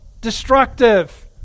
destructive